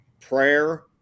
prayer